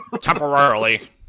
Temporarily